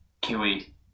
kiwi